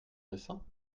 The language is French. récent